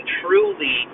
truly